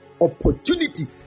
Opportunity